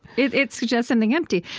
it it suggests something empty.